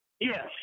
Yes